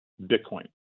Bitcoin